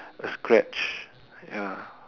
a scratch ya